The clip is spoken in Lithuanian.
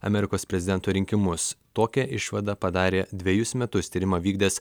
amerikos prezidento rinkimus tokią išvadą padarė dvejus metus tyrimą vykdęs